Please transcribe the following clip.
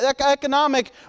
economic